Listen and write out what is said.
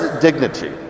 dignity